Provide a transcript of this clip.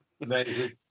Amazing